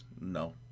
No